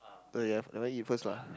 so you have never eat first lah